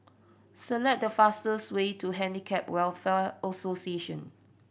select the fastest way to Handicap Welfare Association